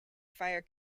fire